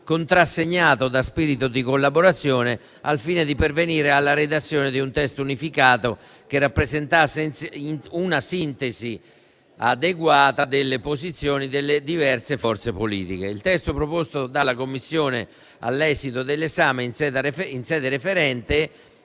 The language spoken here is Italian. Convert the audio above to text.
contrassegnato da spirito di collaborazione, al fine di pervenire alla redazione di un testo unificato che rappresentasse una sintesi adeguata delle posizioni delle diverse forze politiche. Il testo proposto dalla Commissione, all'esito dell'esame in sede in sede